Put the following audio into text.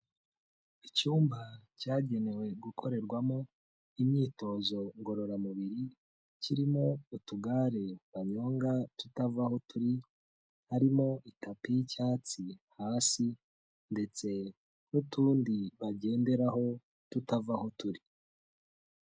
Icyumba cyagenewe gukorerwamo imyitozo ngororamubiri, kirimo utugare banyonga tutava aho turi, harimo itapi y'icyatsi hasi ndetse n'utundi bagenderaho tutava aho turi.